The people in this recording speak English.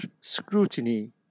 scrutiny